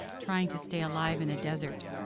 trying to stay alive in a desert.